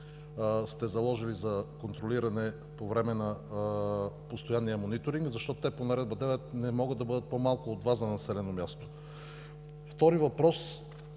сте заложили за контролиране по време на постоянния мониторинг, защото те по Наредба № 9 не могат да бъдат по-малко от два за населено място? Втори въпрос: